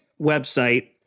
website